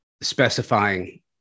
specifying